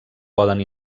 poden